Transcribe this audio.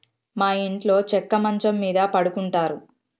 మా ఇంట్లో చెక్క మంచం మీద పడుకుంటారు